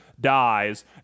dies